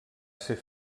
ser